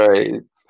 Right